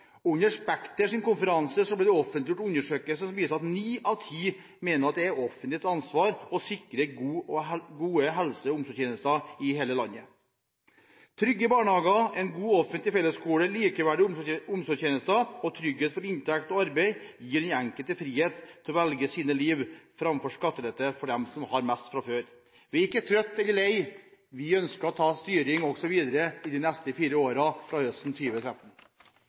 folkekrav. Under Spekters konferanse ble det offentliggjort en undersøkelse som viser at ni av ti mener at det er det offentliges ansvar å sikre gode helse- og omsorgstjenester i hele landet. Trygge barnehager, en god offentlig fellesskole, likeverdige omsorgstjenester og trygghet for inntekt og arbeid gir den enkelte frihet til å velge sitt liv framfor skattelette for dem som har mest fra før. Vi er ikke trøtte eller lei. Vi ønsker å ta styring også videre, i de neste fire årene fra høsten